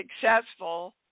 successful